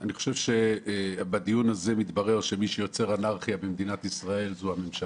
אני חושב שבדיון הזה מתברר שמי שיוצר אנרכיה במדינת ישראל זו הממשלה.